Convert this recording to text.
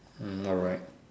hmm alright